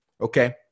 okay